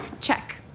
check